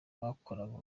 bakoraga